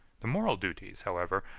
the moral duties, however,